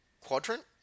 quadrant